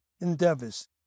endeavors